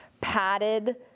padded